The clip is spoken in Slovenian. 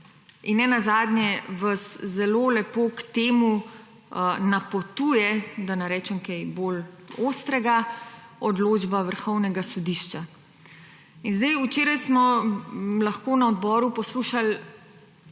in nenazadnje vas zelo lepo k temu napotuje, da ne rečem kaj bolj ostrega, odločba Vrhovnega sodišča. In zdaj včeraj smo lahko na odboru poslušali